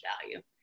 value